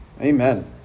Amen